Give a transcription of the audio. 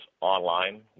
online